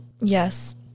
Yes